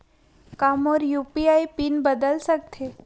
का मोर UPI PIN बदल सकथे?